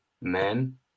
men